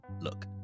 look